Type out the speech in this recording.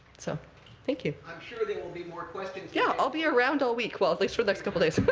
so thank you. i'm sure there will be more questions yeah. i'll be around all week well, at least for the next couple days. but